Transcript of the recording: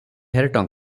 ଢେର